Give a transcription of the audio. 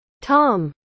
Tom